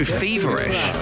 feverish